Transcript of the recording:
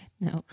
no